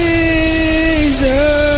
Jesus